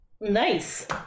Nice